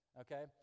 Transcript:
okay